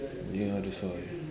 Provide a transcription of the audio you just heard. ya that's why